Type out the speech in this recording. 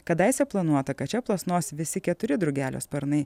kadaise planuota kad čia plasnos visi keturi drugelio sparnai